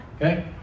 Okay